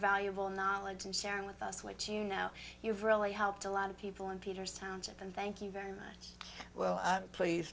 valuable knowledge and sharing with us what you know you've really helped a lot of people in peter's township and thank you very much well please